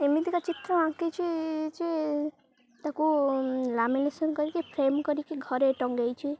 ଏମିତିକା ଚିତ୍ର ଆଙ୍କିଛି ଯେ ତାକୁ ଲାମିନେସନ୍ କରିକି ଫ୍ରେମ୍ କରିକି ଘରେ ଟଙ୍ଗାଇଛି